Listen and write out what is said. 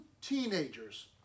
teenagers